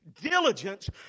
Diligence